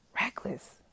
reckless